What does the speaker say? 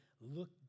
look